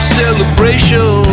celebration